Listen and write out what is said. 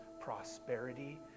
prosperity